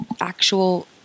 actual